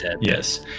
Yes